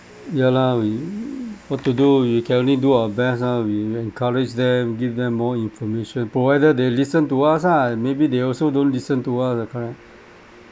ya lah we what to do we can only do our best ah we encourage them give them more information provided they listen to us ah maybe they also don't listen to us correct